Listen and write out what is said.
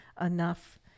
enough